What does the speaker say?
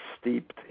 steeped